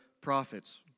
prophets